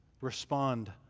respond